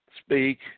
Speak